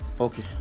Okay